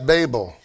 Babel 。